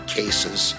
cases